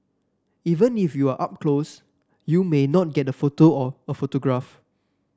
even if you are up close you may not get a photo or autograph